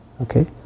okay